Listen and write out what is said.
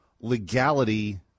legality